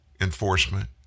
enforcement